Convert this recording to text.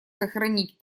сохранить